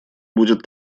будет